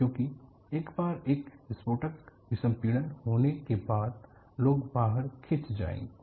क्योंकि एक बार एक विस्फोटक विसंपीड़न होने के बाद लोग बाहर खींच जाएंगे